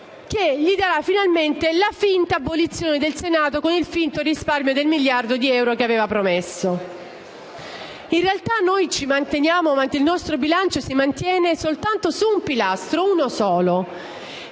che gli darà finalmente la finta abolizione del Senato, con il finto risparmio del miliardo di euro che aveva promesso. In realtà il nostro bilancio si mantiene su un solo pilastro, cioè